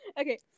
Okay